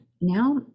now